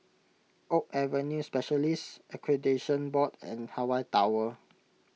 Oak Avenue Specialists Accreditation Board and Hawaii Tower